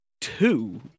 two